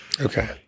Okay